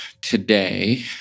today